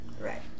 Right